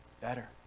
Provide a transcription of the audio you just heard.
better